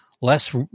less